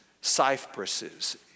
cypresses